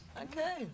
Okay